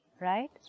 Right